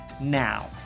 now